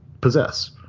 possess